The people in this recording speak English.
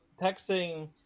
texting